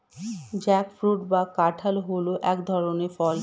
jackfruit বা কাঁঠাল হল এক ধরনের ফল